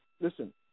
listen